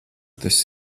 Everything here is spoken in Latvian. tas